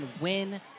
win